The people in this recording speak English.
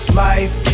life